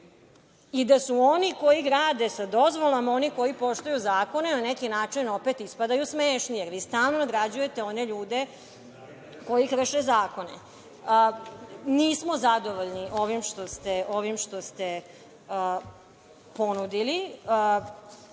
i da oni koji grade sa dozvolom, oni koji poštuju zakone na neki način opet ispadaju smešni, jer svi stalno odrađujete one ljude koji krše zakone. Nismo zadovoljni ovim što ste ponudili.